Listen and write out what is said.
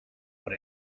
what